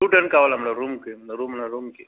two ten కావాలి madam రూమ్కి నా రూమ్ నా రూమ్కి